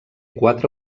quatre